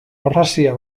orrazia